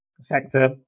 sector